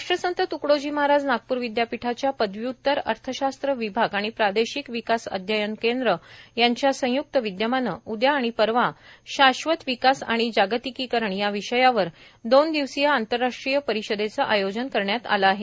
राष्ट्रसंत तुकडोजी महाराज नागपूर विद्यापीठाच्या पदव्य्तर अर्थशास्त्र विभाग आणि प्रादेशिक विकास अध्ययन केंद्र यांच्या संय्क्त विद्यमाने उद्या आणि परवा शाश्वत विकास आणि जागतिकीकरण या विषयावर दोन दिवसीय आंतरराष्ट्रीय परिषदेचे आयोजन करण्यात आले आहे